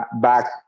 back